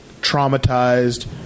traumatized